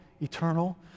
eternal